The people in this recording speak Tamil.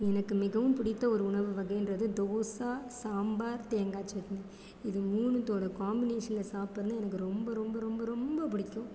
எனக்கு மிகவும் பிடித்த ஒரு உணவு வகைன்றது தோசை சாம்பார் தேங்காய் சட்னி இது மூணுத்தோட காம்பினேஷனில் சாப்பிடறதுனால் எனக்கு ரொம்ப ரொம்ப ரொம்ப ரொம்ப பிடிக்கும்